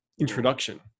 introduction